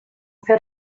fer